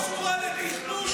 במה היא קשורה לתכנון ובנייה?